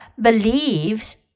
believes